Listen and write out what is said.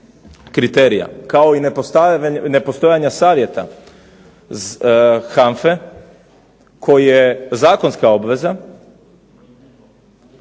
kriterija, kao i nepostojanje savjeta HANFA-e koji je zakonska obveza